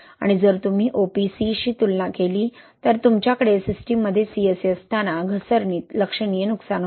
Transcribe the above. आणि जर तुम्ही OPC शी तुलना केली तर तुमच्याकडे सिस्टीममध्ये CSA असताना घसरणीत लक्षणीय नुकसान होते